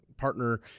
partner